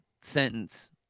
sentence